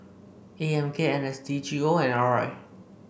A M K N S D G O and R I